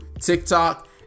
TikTok